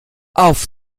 auf